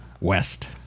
West